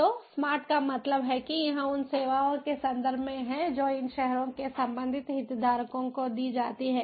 तो स्मार्ट का मतलब है कि यह उन सेवाओं के संदर्भ में है जो इन शहरों के संबंधित हितधारकों को दी जाती हैं